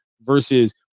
versus